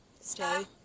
Stay